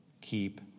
keep